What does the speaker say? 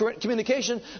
communication